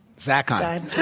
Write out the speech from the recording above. zakheim.